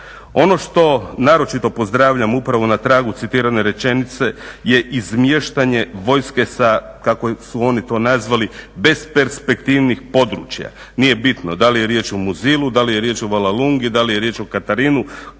Ono što naročito pozdrav upravo na tragu citirane rečenice je izmještanje vojske sa, kako su oni to nazvali besperspektivnih područja, nije bitno da li je riječ o Muzilu, da li je riječ o Valalungi, da li je riječ o Katarini,